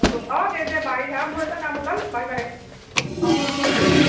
অ' দে দে বাই হা মোৰ এটা কাম ওলাল বাই বাই অ'